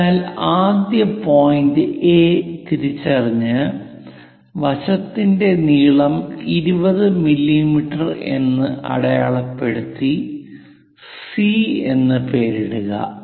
അതിനാൽ ആദ്യം point A തിരിച്ചറിഞ്ഞ് വശത്തിന്റെ നീളം 20 മില്ലീമീറ്റർ എന്ന് അടയാളപ്പെടുത്തി സി എന്ന് പേരിടുക